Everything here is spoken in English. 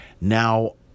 Now